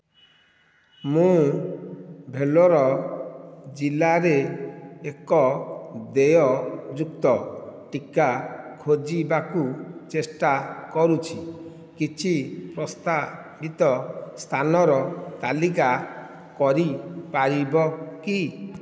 ମୁଁ ଭେଲୋର ଜିଲ୍ଲାରେ ଏକ ଦେୟଯୁକ୍ତ ଟିକା ଖୋଜିବାକୁ ଚେଷ୍ଟା କରୁଛି କିଛି ପ୍ରସ୍ତାବିତ ସ୍ଥାନର ତାଲିକା କରିପାରିବ କି